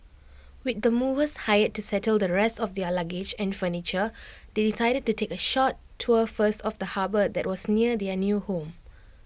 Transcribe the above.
with the movers hired to settle the rest of their luggage and furniture they decided to take A short tour first of the harbour that was near their new home